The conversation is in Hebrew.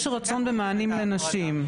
יש רצון במענים לנשים.